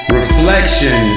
reflection